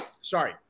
Sorry